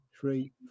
three